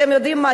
אתם יודעים מה?